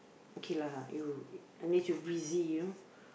okay lah you unless you busy you know